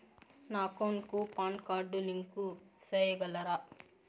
నా అకౌంట్ కు PAN card link సేయగలరా?